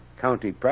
county